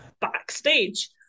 backstage